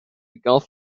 gulf